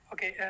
Okay